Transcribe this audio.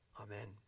Amen